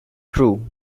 true